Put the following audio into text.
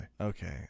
Okay